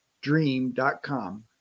dream.com